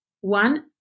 One